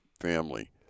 family